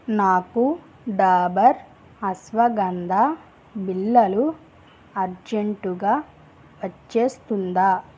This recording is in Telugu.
నాకు డాబర్ అశ్వగంధ బిళ్ళలు అర్జెంటు గా వచ్చేస్తుందా